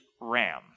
ram